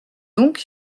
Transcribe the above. donc